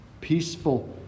Peaceful